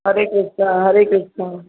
Hare Krishna Hare Krishna